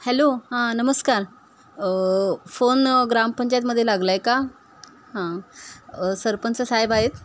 hello हां नमस्कार phone ग्रामपंचायतीमध्ये लागला आहे का हां सरपंच साहेब आहेत